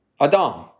Adam